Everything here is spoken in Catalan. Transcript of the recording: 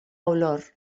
olor